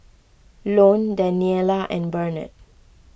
Lone Daniella and Barnard